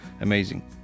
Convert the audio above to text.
amazing